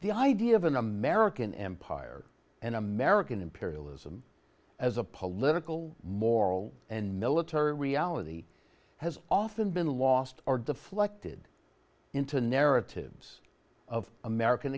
the idea of an american empire and american imperialism as a political moral and military reality has often been lost or deflected into narratives of american